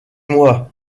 moi